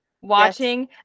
watching